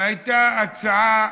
והייתה הצעה